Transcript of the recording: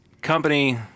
company